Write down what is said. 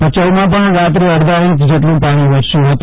ભયાઉમાં પણ રાત્રે અડધા ઇંચ જેટલું પાણી વરસ્યું હતું